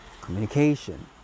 Communication